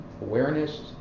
awareness